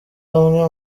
amwe